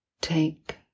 take